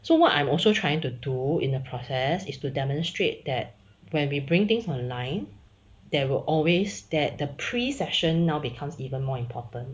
so what I'm also trying to do in the process is to demonstrate that when we bring things online there will always that the pre session now becomes even more important